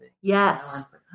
Yes